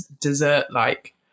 dessert-like